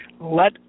Let